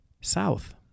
south